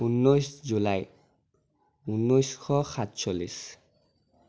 ঊনৈছ জুলাই ঊনৈছশ সাতচল্লিছ